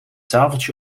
tafeltje